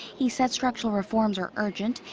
he said structural reforms are urgent.